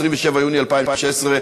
27 ביוני 2016,